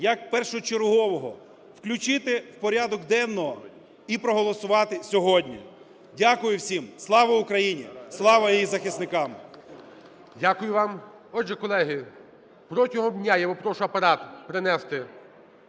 як першочергового, включити в порядок денний і проголосувати сьогодні. Дякую всім. Слава Україні! Слава її захисникам! ГОЛОВУЮЧИЙ. Дякую вам. Отже, колеги, протягом дня я попрошу апарат принести